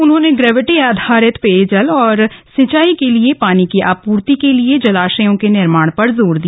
उन्होंने ग्रेविटी आधारित पेयजल और सिंचाई के लिए पानी की आपूर्ति के लिए जलाशयों के निर्माण पर जोर दिया